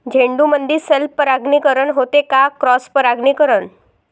झेंडूमंदी सेल्फ परागीकरन होते का क्रॉस परागीकरन?